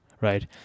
right